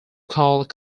called